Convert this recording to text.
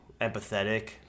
empathetic